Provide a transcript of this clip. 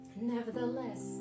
Nevertheless